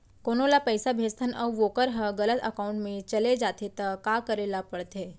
कोनो ला पइसा भेजथन अऊ वोकर ह गलत एकाउंट में चले जथे त का करे ला पड़थे?